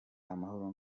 amahoro